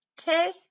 okay